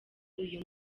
uyu